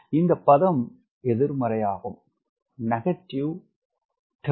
இந்த பதம் எதிர்மறையாகும்